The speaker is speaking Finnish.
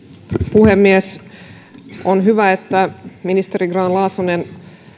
puhemies on hyvä että ministeri grahn laasonen